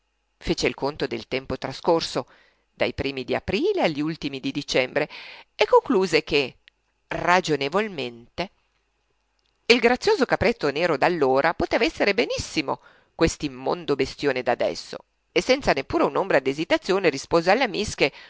fece il conto del tempo trascorso dai primi d'aprile agli ultimi di dicembre e concluse che ragionevolmente il grazioso capretto nero d'allora poteva esser benissimo quest'immondo bestione d'adesso e senza neppure un'ombra d'esitazione rispose alla